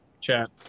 chat